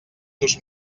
nos